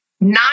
nine